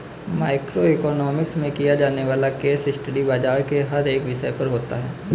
micro economics में किया जाने वाला केस स्टडी बाजार के हर एक विषय पर होता है